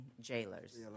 jailers